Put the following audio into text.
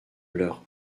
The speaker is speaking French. leurs